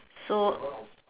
so